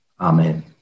Amen